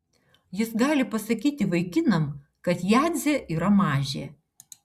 jis gali pasakyti vaikinam kad jadzė yra mažė